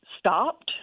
stopped